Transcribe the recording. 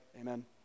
amen